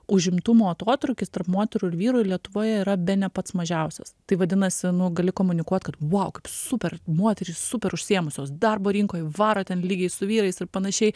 užimtumo atotrūkis tarp moterų ir vyrų lietuvoje yra bene pats mažiausias tai vadinasi nu gali komunikuot kad vau kaip super moterys super užsiėmusios darbo rinkoj varo ten lygiai su vyrais ir panašiai